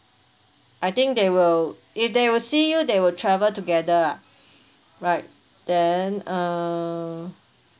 I think they will if they will see you they will travel together lah right then err